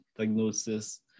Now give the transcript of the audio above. diagnosis